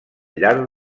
llarg